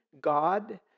God